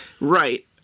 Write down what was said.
Right